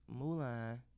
Mulan